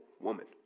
woman